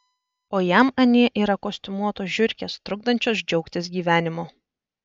o jam anie yra kostiumuotos žiurkės trukdančios džiaugtis gyvenimu